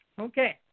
Okay